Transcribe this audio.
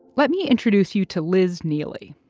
let me introduce you to liz neeley.